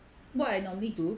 what I normally do